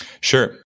Sure